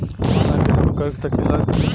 Online gas book कर सकिले की?